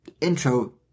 intro